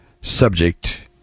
subject